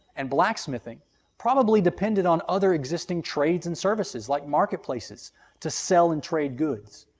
and blacksmithing probably depended on other existing trades and services like marketplaces to sell and trade goods,